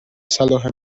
صلاح